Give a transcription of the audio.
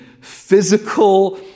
physical